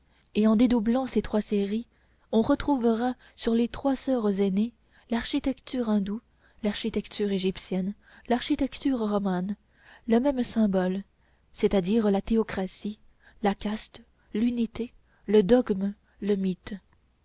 et en dédoublant ces trois séries on retrouvera sur les trois soeurs aînées l'architecture hindoue l'architecture égyptienne l'architecture romane le même symbole c'est-à-dire la théocratie la caste l'unité le dogme le mythe